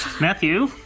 Matthew